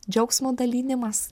džiaugsmo dalinimas